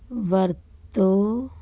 ਵਰਤੋਂ